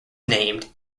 named